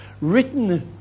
written